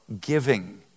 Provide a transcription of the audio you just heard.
giving